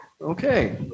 Okay